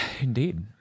Indeed